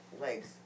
legs